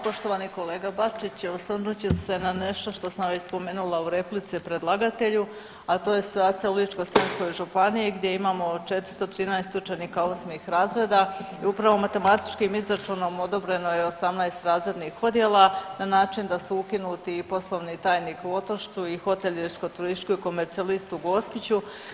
Poštovani kolega Bačić, evo osvrnut ću se na nešto što sam već spomenula u replici predlagatelju, a to je situacija u Ličko-senjskoj županiji gdje imamo 413 učenika osmih razreda i upravo matematičkim izračunom odobreno je 18 razrednih odjela na način da su ukinuti i poslovni tajnik u Otočcu i hotelijersko-turistički komercijalist u Gospiću.